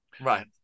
right